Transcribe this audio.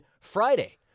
Friday